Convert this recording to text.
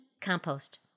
Compost